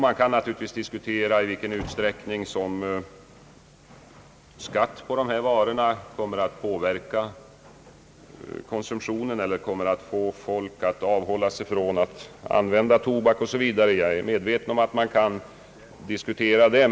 Man kan naturligtvis diskutera i vilken utsträckning skatt på dessa varor kommer att påverka konsumtionen, förmå folk att avhålla sig från att använda tobak osv.; det är jag medveten om.